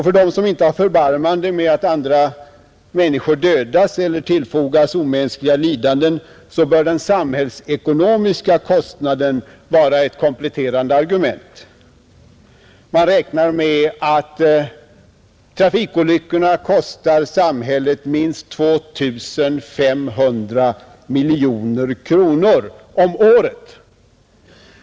För dem som inte har förbarmande med att andra människor dödas eller tillfogas omänskliga lidanden bör den samhällsekonomiska kostnaden vara ett kompletterande argument. Man beräknar att trafikolyckorna kostar samhället minst 2 500 miljoner kronor om året.